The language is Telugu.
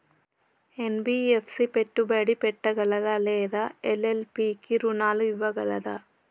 ఎన్.బి.ఎఫ్.సి పెట్టుబడి పెట్టగలదా లేదా ఎల్.ఎల్.పి కి రుణాలు ఇవ్వగలదా?